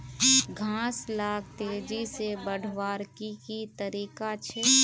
घास लाक तेजी से बढ़वार की की तरीका छे?